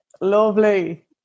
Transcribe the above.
lovely